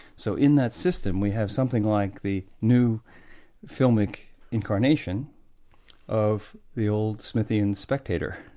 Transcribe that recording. so in that system we have something like the new filmic incarnation of the old smithian spectator,